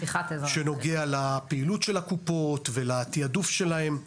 שנוגע לפעילות של הקופות ולתעדוף שלהן.